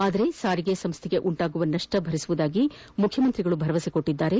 ಆದರೆ ಸಾರಿಗೆ ಸಂಸ್ಥೆಗೆ ಉಂಟಾಗುವ ನಷ್ವ ಭರಿಸುವುದಾಗಿ ಮುಖ್ಯಮಂತ್ರಿ ಅವರು ಭರವಸೆ ನೀಡಿದ್ದಾರೆ